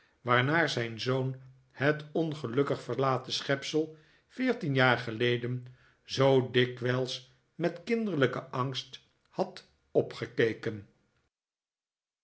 waarnaar zijn zoon het ongelukkig verlaten schepsel veertien jaar geleden zoo dikwijls met kinderlijken angst had opgekeken